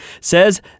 says